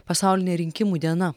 pasaulinė rinkimų diena